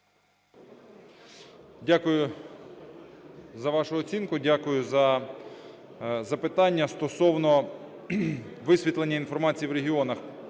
Дякую за вашу оцінку. Дякую за запитання стосовно висвітлення інформації в регіонах.